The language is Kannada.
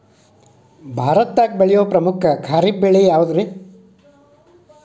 ಭಾರತದಾಗ ಬೆಳೆಯೋ ಪ್ರಮುಖ ಖಾರಿಫ್ ಬೆಳೆ ಯಾವುದ್ರೇ?